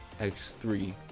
x3